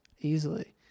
easily